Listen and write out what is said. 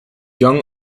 young